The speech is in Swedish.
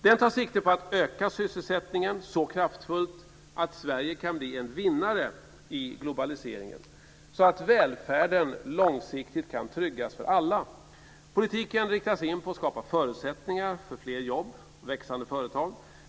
Det tar sikte på att öka sysselsättningen så kraftfullt att Sverige kan bli en vinnare i globaliseringen, så att välfärden långsiktigt kan tryggas för alla. Politiken riktas in på att skapa förutsättningar för fler jobb och växande företag.